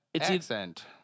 accent